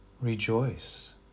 rejoice